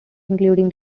including